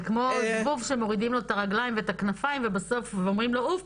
זה כמו זבוב שמורידים לו את הרגליים ואת הכנפיים ואומרים לו עוף,